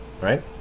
right